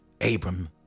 abram